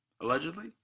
Allegedly